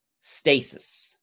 stasis